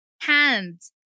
hands